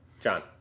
John